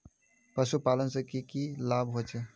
पशुपालन से की की लाभ होचे?